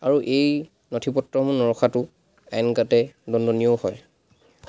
আৰু এই নথিপত্ৰসমূহ নৰখাতো আইনমতে দণ্ডনীয়ও হয়